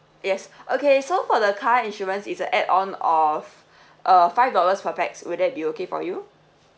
yes okay so for the car insurance it's a add-on of uh five dollars per pax will that be okay for you